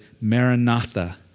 Maranatha